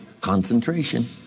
Concentration